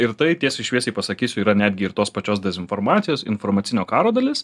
ir tai tiesiai šviesiai pasakysiu yra netgi ir tos pačios dezinformacijos informacinio karo dalis